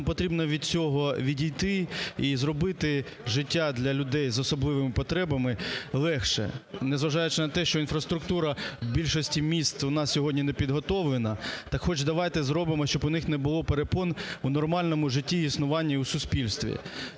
Нам потрібно від цього відійти і зробити життя для людей з особливими потребами легше, незважаючи на те, що інфраструктура в більшості міст вона сьогодні не підготовлена, так хоч давайте зробимо, щоби у них не було перепон у нормальному житті існування у суспільстві.